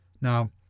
Now